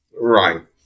Right